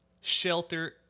shelter